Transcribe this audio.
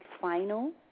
final